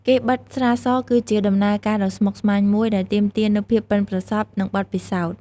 ការបិតស្រាស គឺជាដំណើរការដ៏ស្មុគស្មាញមួយ ដែលទាមទារនូវភាពប៉ិនប្រសប់ និងបទពិសោធន៍។